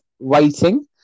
waiting